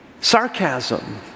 sarcasm